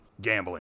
Gambling